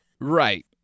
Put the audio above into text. right